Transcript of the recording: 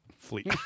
fleet